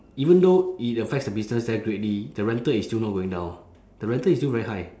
even though it affects the business there greatly the rental is still not going down the rental is still very high